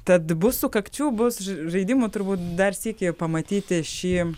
tad bus sukakčių bus žaidimų turbūt dar sykį pamatyti šį